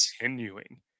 continuing